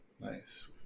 nice